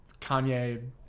Kanye